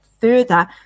further